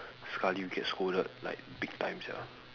sekali you get scolded like big time sia